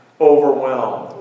overwhelmed